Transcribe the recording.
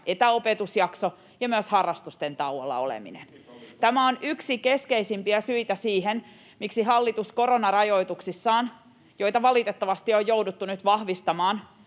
etäopetusjakso ja myös harrastusten tauolla oleminen. [Juha Mäenpää: Digitalisaatio!] Tämä on yksi keskeisimpiä syitä siihen, miksi hallitus koronarajoituksissaan, joita valitettavasti on jouduttu nyt vahvistamaan,